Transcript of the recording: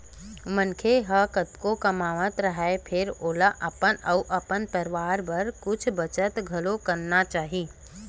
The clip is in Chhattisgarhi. मनखे ह कतको कमावत राहय फेर ओला अपन अउ अपन परवार बर कुछ बचत घलोक करना चाही